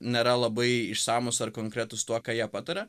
nėra labai išsamūs ar konkretūs tuo ką jie pataria